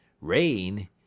Rain